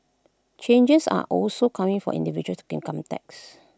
changes are also coming for individual income tax